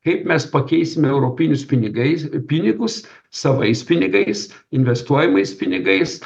kaip mes pakeisim europinius pinigais pinigus savais pinigais investuojamais pinigais